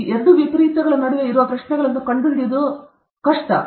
ಈ ಎರಡು ವಿಪರೀತಗಳ ನಡುವೆ ಇರುವ ಪ್ರಶ್ನೆಗಳನ್ನು ಕಂಡುಹಿಡಿಯುವುದು ಆಶ್ಚರ್ಯಕರವಾಗಿ ಕಷ್ಟ